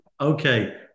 Okay